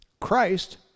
Christ